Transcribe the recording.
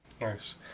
Nice